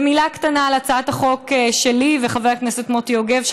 ומילה קטנה על הצעת החוק שלי ושל חבר הכנסת מוטי יוגב,